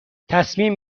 تصمیم